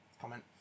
comment